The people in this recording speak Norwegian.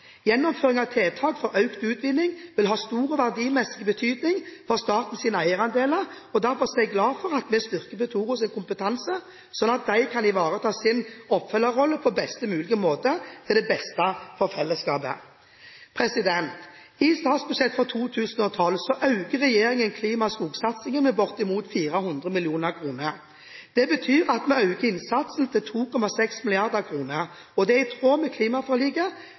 Gjennomføring av tiltak for økt utvinning vil ha stor verdimessig betydning for statens eierandeler. Derfor er jeg glad for at vi styrker Petoros kompetanse, sånn at de kan ivareta sin oppfølgerrolle på best mulig måte til det beste for fellesskapet. I statsbudsjettet for 2012 øker regjeringen klima- og skogsatsingen med bortimot 400 mill. kr. Det betyr at vi øker innsatsen til 2,6 mrd. kr. I tråd med klimaforliket